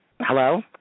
Hello